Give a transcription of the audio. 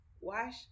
Wash